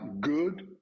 good